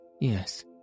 Yes